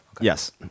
yes